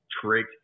trick